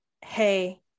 hey